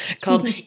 called